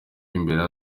imbere